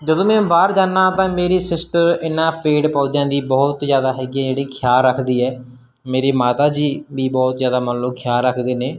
ਜਦੋਂ ਮੈਂ ਬਾਹਰ ਜਾਂਦਾ ਤਾਂ ਮੇਰੀ ਸਿਸਟਰ ਇਹਨਾਂ ਪੇੜ ਪੌਦਿਆਂ ਦੀ ਬਹੁਤ ਜ਼ਿਆਦਾ ਹੈਗੀ ਜਿਹੜੀ ਖਿਆਲ ਰੱਖਦੀ ਹੈ ਮੇਰੀ ਮਾਤਾ ਜੀ ਵੀ ਬਹੁਤ ਜ਼ਿਆਦਾ ਮੰਨ ਲਓ ਖਿਆਲ ਰੱਖਦੇ ਨੇ